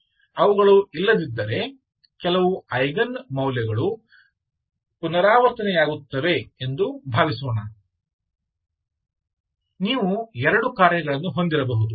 ಅವುಗಳು ಇಲ್ಲದಿದ್ದರೆ ಕೆಲವು ಐಗನ್ ಮೌಲ್ಯಗಳು ಪುನರಾವರ್ತನೆಯಾಗುತ್ತವೆ ಎಂದು ಭಾವಿಸೋಣ ನೀವು ಎರಡು ಕಾರ್ಯಗಳನ್ನು ಹೊಂದಿರಬಹುದು